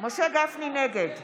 נגד